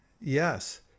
Yes